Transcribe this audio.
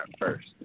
first